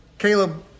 Caleb